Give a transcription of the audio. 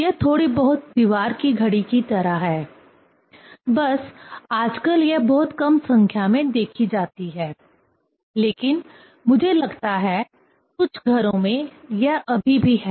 यह थोड़ी बहुत दीवार की घड़ी की तरह है बस आजकल यह बहुत कम संख्या में देखी जाती है लेकिन मुझे लगता है कुछ घरों में यह अभी भी है